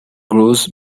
grows